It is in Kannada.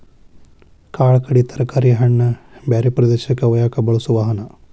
ಕಾಳ ಕಡಿ ತರಕಾರಿ ಹಣ್ಣ ಬ್ಯಾರೆ ಪ್ರದೇಶಕ್ಕ ವಯ್ಯಾಕ ಬಳಸು ವಾಹನಾ